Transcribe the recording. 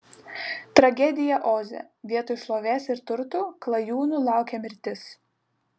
tragedija oze vietoj šlovės ir turtų klajūnų laukė mirtis